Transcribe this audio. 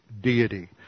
deity